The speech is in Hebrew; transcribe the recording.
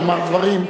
לומר דברים,